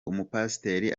umupasiteri